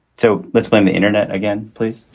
so let's blame the internet again, please.